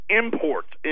imports